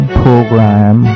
program